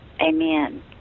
amen